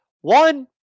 One